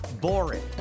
boring